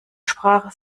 sprache